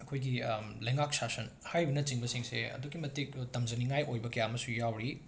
ꯑꯩꯈꯣꯏꯒꯤ ꯂꯩꯉꯥꯛ ꯁꯥꯁꯟ ꯍꯥꯏꯔꯤꯕꯅꯆꯤꯡꯕꯁꯤꯡꯁꯦ ꯑꯗꯨꯛꯀꯤ ꯃꯇꯤꯛ ꯇꯝꯖꯅꯤꯡꯉꯥꯏ ꯑꯣꯏꯕ ꯀꯌꯥ ꯑꯃꯁꯨ ꯌꯥꯎꯔꯤ